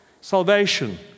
Salvation